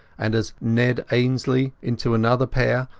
and as ned ainslie into another pair,